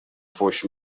فحش